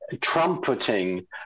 trumpeting